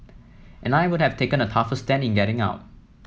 and I would have taken a tougher stand in getting out